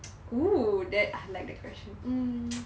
oo that I like the question mm